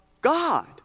God